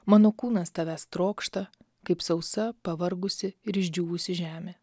mano kūnas tavęs trokšta kaip sausa pavargusi ir išdžiūvusi žemė